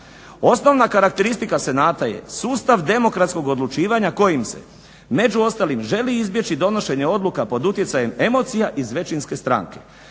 Osnovna karakteristika Senata je sustav demokratskog odlučivanja kojim se među ostalim želi izbjeći donošenje odluka pod utjecajem emocija iz većinske stranke.